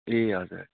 ए हजुर